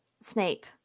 Snape